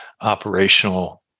operational